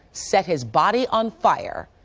set his body on fire,